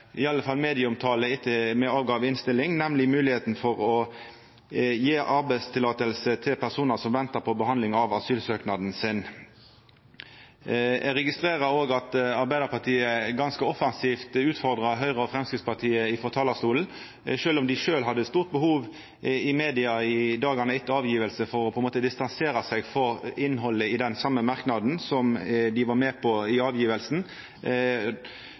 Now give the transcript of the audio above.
medieomtale etter at ein avgav innstillinga, nemleg moglegheita for å gje arbeidsløyve til personar som ventar på behandling av asylsøknaden sin. Eg registrerer òg at Arbeidarpartiet frå talarstolen ganske offensivt utfordrar Høgre og Framstegspartiet, sjølv om dei sjølve i media, i dagane etter at ho vart avgjeven, hadde stort behov for på ein måte å distansera seg frå innhaldet i den same merknaden som dei var med på